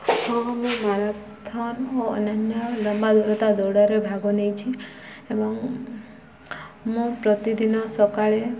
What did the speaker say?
ହଁ ମୁଁ ମାରଥନ୍ ଓ ଅନ୍ୟାନ୍ୟ ଲମ୍ବା ଦୂରତା ଦୌଡ଼ରେ ଭାଗ ନେଇଛି ଏବଂ ମୁଁ ପ୍ରତିଦିନ ସକାଳେ